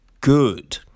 good